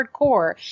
hardcore